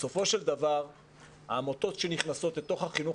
שבסופו של דבר העמותות שנכנסות לתוך החינוך